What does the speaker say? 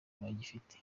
bagifite